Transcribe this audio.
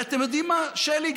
ואתם יודעים מה, שלי?